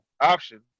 option